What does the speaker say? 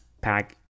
Pack